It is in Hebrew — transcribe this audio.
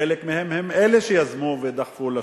חלק מהם הם אלה שיזמו ודחפו לשביתה.